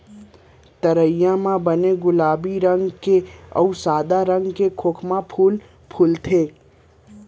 तरिया म बने गुलाबी रंग के अउ सादा रंग के खोखमा फूल फूले हे